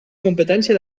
competència